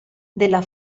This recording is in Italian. della